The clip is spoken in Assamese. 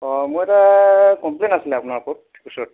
অঁ মোৰ এটা কমপ্লেইন আছিলে আপোনাৰ ওপৰত পিছত